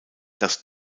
das